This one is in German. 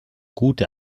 gute